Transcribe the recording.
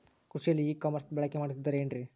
ಕೃಷಿಯಲ್ಲಿ ಇ ಕಾಮರ್ಸನ್ನ ಬಳಕೆ ಮಾಡುತ್ತಿದ್ದಾರೆ ಏನ್ರಿ?